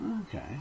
Okay